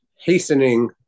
hastening